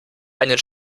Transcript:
einen